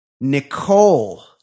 Nicole